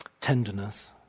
tenderness